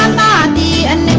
body and